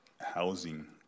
Housing